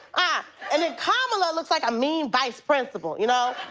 ah and then kamala looks like a mean vice principal, you know.